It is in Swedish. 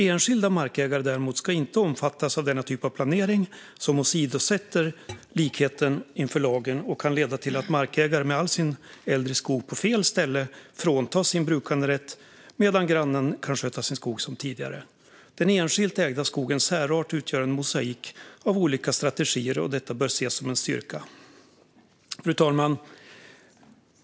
Enskilda markägare däremot ska inte omfattas av denna typ av planering, som åsidosätter likheten inför lagen och kan leda till att markägare med all sin äldre skog på 'fel ställe' fråntas sin brukanderätt medan grannen kan sköta sin skog som tidigare ... Den enskilt ägda skogens särart utgör en mosaik av olika skogsskötselstrategier och detta bör ses som en styrka." Fru talman!